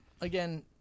again